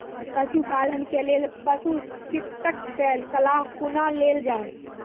पशुपालन के लेल पशुचिकित्शक कऽ सलाह कुना लेल जाय?